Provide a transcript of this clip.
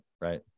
right